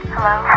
Hello